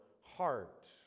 heart